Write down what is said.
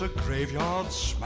ah graveyards,